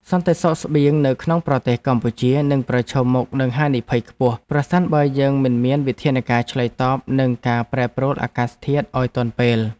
សន្តិសុខស្បៀងនៅក្នុងប្រទេសកម្ពុជានឹងប្រឈមមុខនឹងហានិភ័យខ្ពស់ប្រសិនបើយើងមិនមានវិធានការឆ្លើយតបនឹងការ ប្រែប្រួលអាកាសធាតុឱ្យទាន់ពេល។